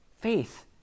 Faith